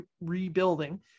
rebuilding